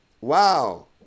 Wow